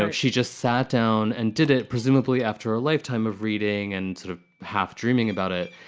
um she just sat down and did it, presumably after a lifetime of reading and sort of half dreaming about it.